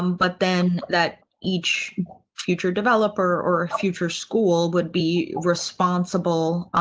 um but then that each future developer or future school would be responsible